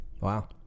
Wow